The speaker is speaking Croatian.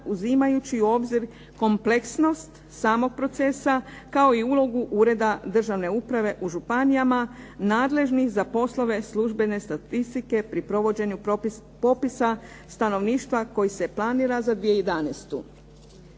uzimajući u obzir kompleksnost samog procesa kao i ulogu ureda državne uprave u županijama nadležnih za poslove službene statistike pri provođenju popisa stanovništva koji se planira za 2011.